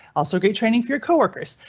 also, great training for your coworkers,